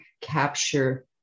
capture